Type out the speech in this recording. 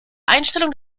einstellung